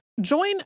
Join